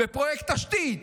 בפרויקט תשתית,